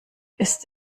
ist